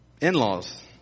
in-laws